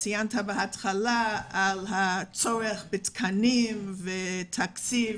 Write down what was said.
בהתחלה ציינת בדבריך את הצורך בתקנים ובתקציב,